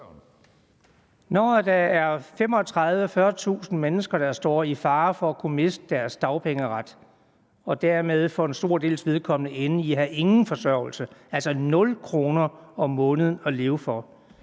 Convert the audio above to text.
Når der er 35.000-40.000 mennesker, der er i fare for at miste deres dagpengeret og dermed for en stor dels vedkommende ende med ingen forsørgelse at have, altså 0 kr. om måneden at leve for,